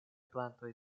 plantoj